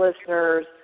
listeners